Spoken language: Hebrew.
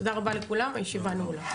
תודה רבה לכולם, הישיבה נעולה.